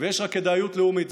ויש רק כדאיות לאומית,